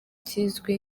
kizwi